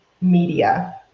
media